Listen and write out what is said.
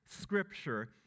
Scripture